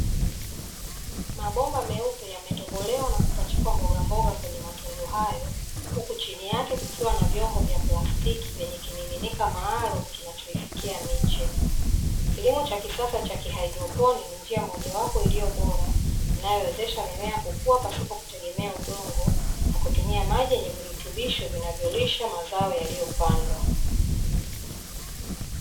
Mabomba meupe yametobolewa na kupachikwa mbogamboga kwenye matundu hayo, huku chini yake kukiwa na vyombo vya plastiki vyenye kimiminika maalumu kinachoifikia miche. Kilimo cha kisasa cha kihaidroponi ni mojawapo iliyo bora, inayowezesha mimea kukua pasipo kutegemea udongo, na kutumia maji yenye virutubisho vinavyolisha mazao yaliyopandwa.